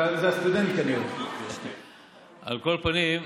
על כל פנים,